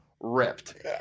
Ripped